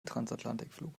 transatlantikflug